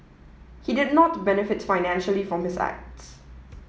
he did not benefit financially from his acts